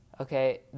okay